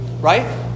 right